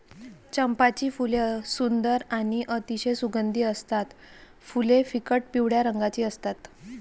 चंपाची फुले सुंदर आणि अतिशय सुगंधी असतात फुले फिकट पिवळ्या रंगाची असतात